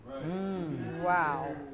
Wow